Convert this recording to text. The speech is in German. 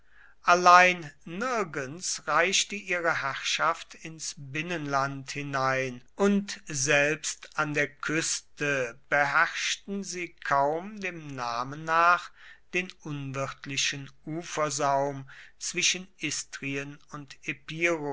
allein nirgends reichte ihre herrschaft ins binnenland hinein und selbst an der küste beherrschten sie kaum dem namen nach den unwirtlichen ufersaum zwischen istrien und